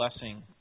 blessing